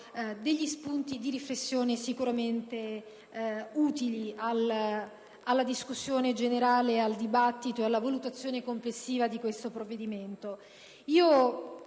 fornito spunti di riflessione utili alla discussione generale, al dibattito e alla valutazione complessiva di questo provvedimento.